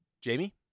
Jamie